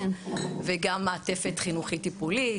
וגם מעטפת חינוכית טיפולית,